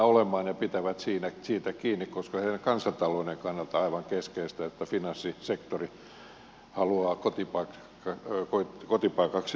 he pitävät siitä kiinni koska heidän kansantaloutensa kannalta on aivan keskeistä että finanssisektori haluaa kotipaikakseen luxemburgin